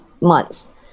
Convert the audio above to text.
months